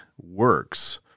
works